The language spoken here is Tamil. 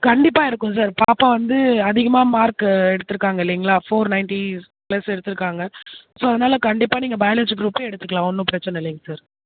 கண்டிப்பாக இருக்கும் சார் பாப்பா வந்து அதிகமாக மார்க்கு எடுத்துருக்காங்க இல்லைங்களா ஃபோர் நைன்ட்டி ப்ளஸ் எடுத்துருக்காங்க ஸோ அதனால் கண்டிப்பாக நீங்கள் பயாலஜி குரூப்பே எடுத்துக்கலாம் ஒன்றும் பிரச்சனை இல்லைங்க சார்